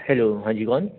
hello हाँ जी कौन